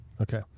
okay